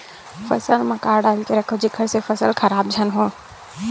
फसल म का डाल के रखव जेखर से फसल खराब झन हो?